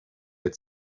had